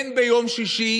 אין ביום שישי